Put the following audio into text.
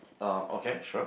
uh okay sure